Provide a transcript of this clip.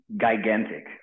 gigantic